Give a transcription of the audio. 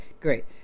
great